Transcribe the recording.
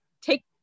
take